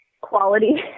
quality